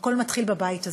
הכול מתחיל בבית הזה.